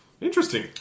Interesting